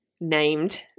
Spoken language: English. named